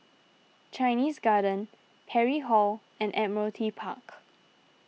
Chinese Garden Parry Hall and Admiralty Park